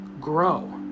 grow